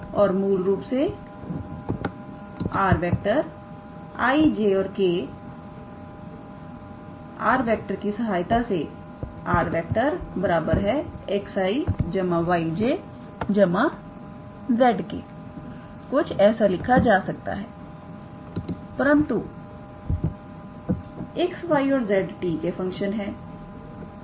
और मूल रूप से 𝑟⃗ 𝑖̂𝑗̂ 𝑘̂ 𝑟⃗की सहायता से 𝑟⃗ 𝑥𝑖̂ 𝑦𝑗̂ 𝑧𝑘̂ कुछ ऐसा लिखा जा सकता है परंतु x y और z t के फंक्शन है